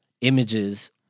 images